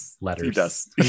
letters